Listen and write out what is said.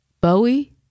Bowie